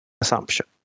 assumption